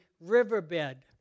riverbed